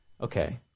okay